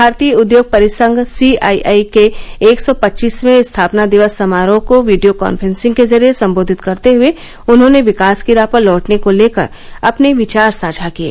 भारतीय उद्योग परिसंघ सी आई आई के एक सौ पच्चीसवें स्थापना दिवस समारोह को वीडियो कांफ्रेंसिंग के जरिये सम्बोधित करते हुए उन्होंने विकास की राह पर लौटने को लेकर अपने विचार साझा किये